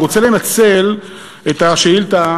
אני רוצה לנצל את ההצעה,